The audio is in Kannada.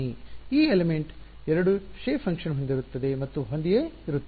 ಈ ಅಂಶವು ಎಲಿಮೆಂಟ್ ಎರಡು ಆಕಾರವನ್ನು ಶೇಪ್ ಫಾಂಕ್ಷನ್ ಹೊಂದಿರುತ್ತದೆ ಮತ್ತು ಹೊಂದಿಯೇ ಇರುತ್ತದೆ